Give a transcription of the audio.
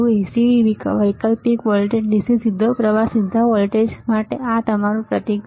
AC વૈકલ્પિક voltage dc સીધો પ્રવાહ અથવા સીધા વોલ્ટેજ માટે આ તમારું પ્રતીક છે